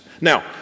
Now